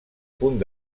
punt